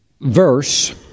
verse